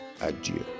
adieu